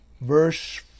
verse